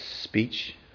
speech